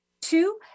Two